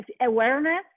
awareness